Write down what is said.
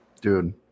dude